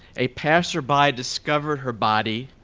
a pastor by discovered her body,